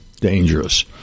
dangerous